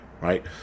right